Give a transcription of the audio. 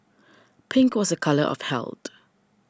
pink was a colour of held